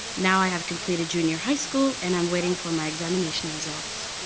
now i have completed junior high school and am waiting for my examination results.